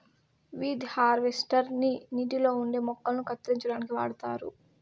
weed harvester ని నీటిలో ఉండే మొక్కలను కత్తిరించడానికి వాడుతారు